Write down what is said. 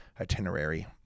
itinerary